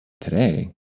today